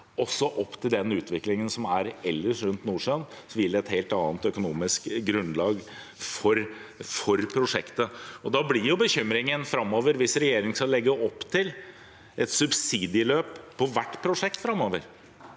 oss opp til den utviklingen som er ellers rundt Nordsjøen også. Det ville gitt et helt annet økonomisk grunnlag for prosjektet. Da blir bekymringen framover: Hvis regjeringen skal legge opp til et subsidieløp på hvert prosjekt framover,